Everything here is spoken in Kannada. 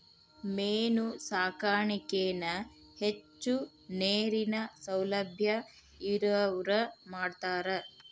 ಮೇನು ಸಾಕಾಣಿಕೆನ ಹೆಚ್ಚು ನೇರಿನ ಸೌಲಬ್ಯಾ ಇರವ್ರ ಮಾಡ್ತಾರ